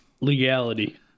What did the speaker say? legality